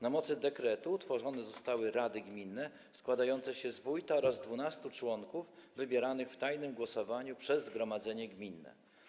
Na mocy dekretu utworzone zostały rady gminne składające się z wójta oraz 12 członków wybieranych w tajnym głosowaniu przez zgromadzenie gminne.